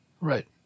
Right